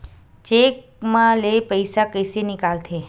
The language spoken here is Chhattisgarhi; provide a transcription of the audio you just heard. चेक म ले पईसा कइसे निकलथे?